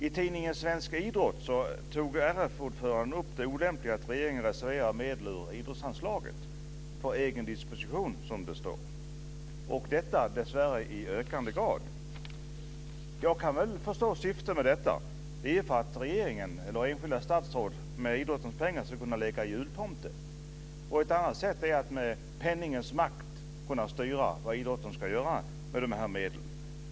I tidningen Svensk Idrott har RF-ordföranden tagit upp det olämpliga i att regeringen reserverar medel ur idrottsanslaget för egen disposition, som det står, och detta dessvärre i ökande grad. Jag kan väl förstå syftet med detta. Det är för att regeringen eller enskilda statsråd med idrottens pengar ska kunna leka jultomte. Ett annat sätt är att med penningens makt kunna styra vad idrotten ska göra med de här medlen.